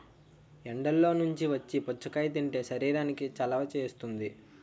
ఎండల్లో నుంచి వచ్చి పుచ్చకాయ తింటే శరీరానికి చలవ చేస్తుంది